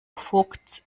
vogts